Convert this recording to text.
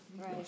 Right